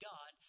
God